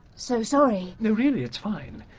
so sorry. really, it's fine.